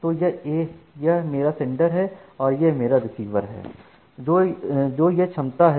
तो यह मेरा सेंडर है और यह मेरा रिसीवर है जो यह क्षमता है